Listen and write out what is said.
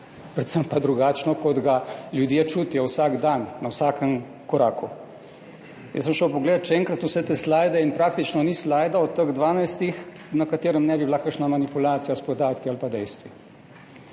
predvsem pa drugačno, kot ga ljudje čutijo vsak dan, na vsakem koraku. Jaz sem še enkrat pogledal vse te slajde in praktično ni slajda od teh dvanajstih, na katerem ne bi bila kakšna manipulacija s podatki ali pa dejstvi.